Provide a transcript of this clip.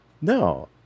no